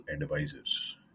advisors